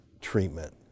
treatment